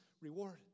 reward